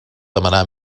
demanar